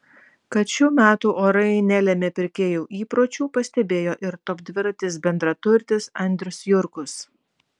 kad šiu metų orai nelėmė pirkėjų įpročių pastebėjo ir top dviratis bendraturtis andrius jurkus